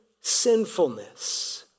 sinfulness